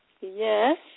Yes